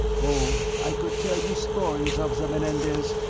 oh! i could tell you stories of the menendez,